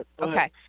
Okay